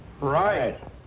Right